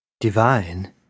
Divine